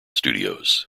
studios